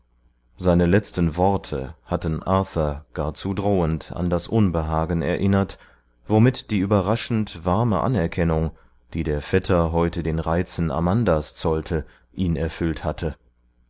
seine letzten worte hatten arthur gar zu drohend an das unbehagen erinnert womit die überraschend warme anerkennung die der vetter heute den reizen amandas zollte ihn erfüllt hatte